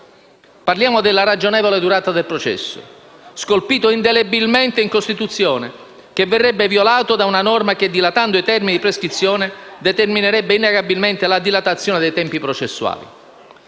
Parliamo della «ragionevole durata del processo», principio scolpito indelebilmente in Costituzione, che verrebbe violato da una norma che, dilatando i termini di prescrizione, determinerebbe innegabilmente la dilatazione dei tempi processuali.